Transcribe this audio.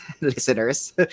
listeners